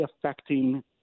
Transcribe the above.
affecting